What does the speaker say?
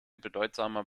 bedeutsamer